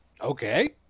Okay